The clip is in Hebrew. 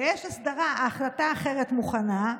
ויש החלטה אחרת מוכנה,